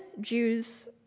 Jews